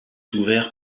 ouvert